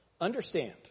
Understand